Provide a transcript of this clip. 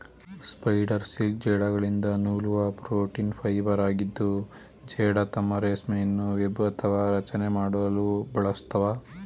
spider silk ಜೇಡಗಳಿಂದ ನೂಲುವ protein ಫೈಬರಾಗಿದ್ದು ಜೇಡ ತಮ್ಮ ರೇಷ್ಮೆಯನ್ನು ವೆಬ್ ಅಥವಾ ರಚನೆ ಮಾಡಲು ಬಳಸ್ತವೆ